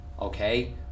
okay